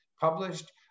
published